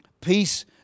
Peace